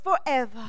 forever